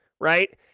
right